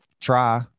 try